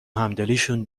همدلیشون